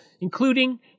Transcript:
including